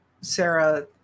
sarah